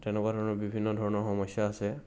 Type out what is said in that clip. তেনেকুৱা ধৰণৰ বিভিন্ন ধৰণৰ সমস্যা আছে